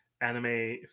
anime